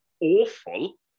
awful